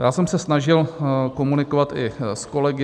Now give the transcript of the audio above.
Já jsem se snažil komunikovat i s kolegy.